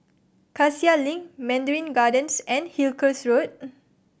Cassia Link Mandarin Gardens and Hillcrest Road